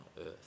earth